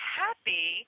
happy